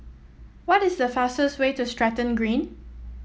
what is the fastest way to Stratton Green